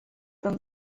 them